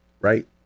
Right